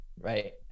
right